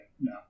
no